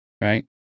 right